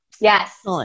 Yes